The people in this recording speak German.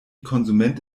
konsument